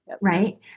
Right